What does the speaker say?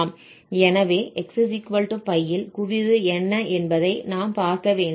எனவே xπ இல் குவிவு என்ன என்பதை நாம் பார்க்க வேண்டும்